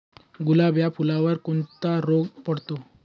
गुलाब या फुलावर कोणता रोग पडतो?